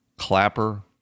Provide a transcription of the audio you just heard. Clapper